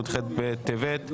י"ח בטבת.